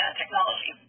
technology